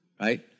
right